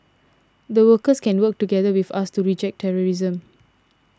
the workers can work together with us to reject terrorism